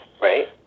Right